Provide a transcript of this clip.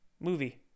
movie